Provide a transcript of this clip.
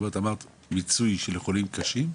אמרת מיצוי של חולים קשים,